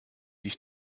dich